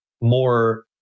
more